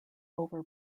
over